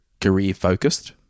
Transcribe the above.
career-focused